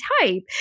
type